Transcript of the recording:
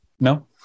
no